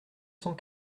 cent